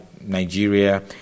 Nigeria